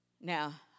Now